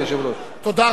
היושב-ראש.